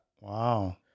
Wow